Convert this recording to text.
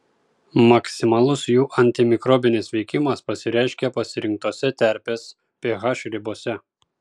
maksimalus jų antimikrobinis veikimas pasireiškia pasirinktose terpės ph ribose